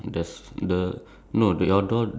middle side yes there is both